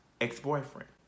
ex-boyfriend